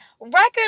record